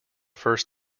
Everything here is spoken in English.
first